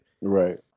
Right